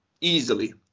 Easily